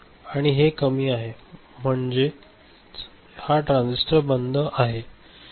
आणि हे कमी आहे म्हणजेच हा ट्रान्झिस्टर बंद आहे